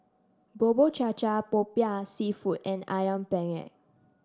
Bubur Cha Cha Popiah seafood and ayam Penyet